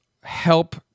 help